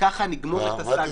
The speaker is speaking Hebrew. וככה נגמור את הסאגה הזו --- לא,